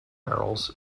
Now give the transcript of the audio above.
barrels